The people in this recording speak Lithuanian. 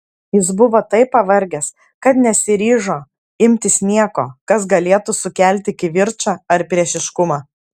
jis buvo taip pavargęs kad nesiryžo imtis nieko kas galėtų sukelti kivirčą ar priešiškumą